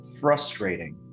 frustrating